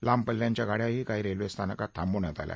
लांब पल्ल्याच्या गाड्याही काही रेल्वे स्थानकात थांबवण्यात आल्या